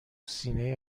سینه